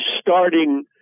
starting